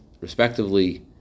respectively